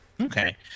Okay